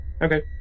Okay